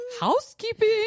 Housekeeping